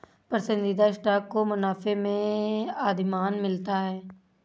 पसंदीदा स्टॉक को मुनाफे में अधिमान मिलता है